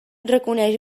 reconeix